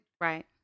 Right